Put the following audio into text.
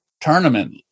tournament